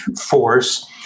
Force